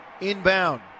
inbound